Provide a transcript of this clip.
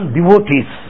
devotees